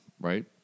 right